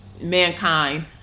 mankind